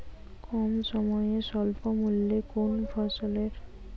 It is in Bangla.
কম সময়ে স্বল্প মূল্যে কোন ফসলের চাষাবাদ করে সর্বাধিক লাভবান হওয়া য়ায়?